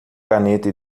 caneta